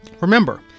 Remember